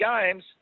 Games